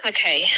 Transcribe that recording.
Okay